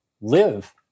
live